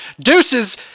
deuces